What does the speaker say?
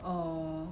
oh